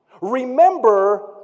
Remember